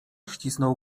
ścisnął